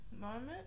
moment